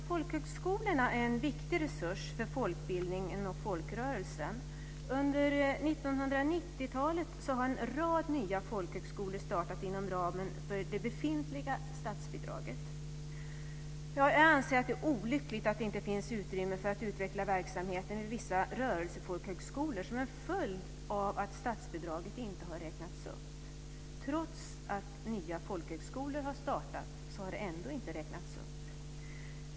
Folkhögskolorna är en viktig resurs för folkbildningen och folkrörelserna. Under 1990 talet har en rad nya folkhögskolor startat inom ramen för det befintliga statsbidraget. Jag anser att det är olyckligt att det inte finns utrymme för att utveckla verksamheten vid vissa rörelsefolkhögskolor som en följd av att statsbidraget inte har räknats upp. Trots att nya folkhögskolor har startats har det inte räknats upp.